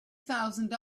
thousand